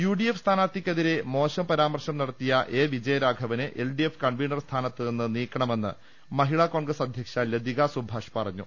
U D F സ്ഥാനാർത്ഥിക്കെതിരെ മോശം പരാമർശം നട ത്തിയ എ വിജയരാഘവനെ എൽ ഡി എഫ് കൺവീനർ സ്ഥാനത്തു നിന്ന് നീക്കണമെന്ന് മഹിളാ കോൺഗ്രസ് അധ്യക്ഷ ലതികാ സുഭാഷ് പറഞ്ഞു